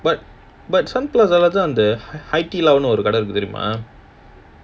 but but sun plaza அந்த:andha hai di lao ஒரு கடை இருக்கு தெரியுமா:oru kadai irukku theriyumaa